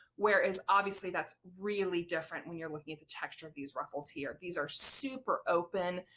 whereas obviously that's really different when you're looking at the texture of these ruffles here. these are super open.